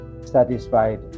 satisfied